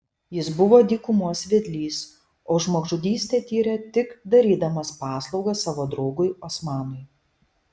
jis buvo dykumos vedlys o žmogžudystę tyrė tik darydamas paslaugą savo draugui osmanui